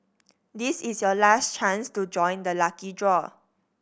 this is your last chance to join the lucky draw